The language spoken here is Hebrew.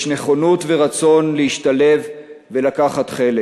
יש נכונות ורצון להשתלב ולקחת חלק